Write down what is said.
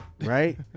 Right